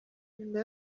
nyuma